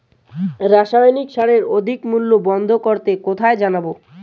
রাসায়নিক সারের অধিক মূল্য বন্ধ করতে কোথায় জানাবো?